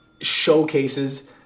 showcases